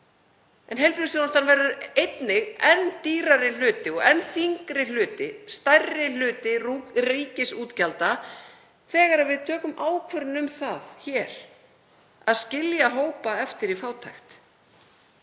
Heilbrigðisþjónustan verður einnig enn dýrari hluti og enn þyngri hluti, stærri hluti ríkisútgjalda, þegar við tökum ákvörðun um það hér að skilja hópa eftir í fátækt.